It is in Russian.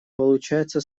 получается